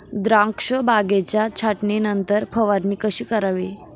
द्राक्ष बागेच्या छाटणीनंतर फवारणी कशी करावी?